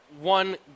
one